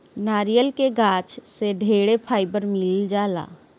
नारियल के गाछ से ढेरे फाइबर मिल जाला